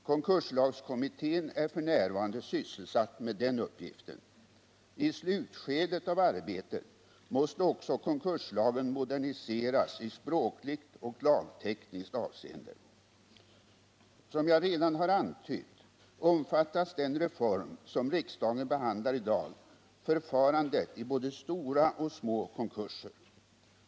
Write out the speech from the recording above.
Konkurslagskommittén är f. n. sysselsatt med den uppgiften. I slutskedet av arbetet måste också konkurslagen moderniseras i språkligt och lagtekniskt avseende. Som jag redan har antytt omfattar den reform som riksdagen behandlar i dag förfarandet i både stora och små konkurser.